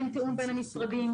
אין תיאום בין המשרדים.